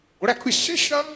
requisition